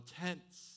Tents